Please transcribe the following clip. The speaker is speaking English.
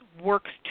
works